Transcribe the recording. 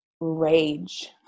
rage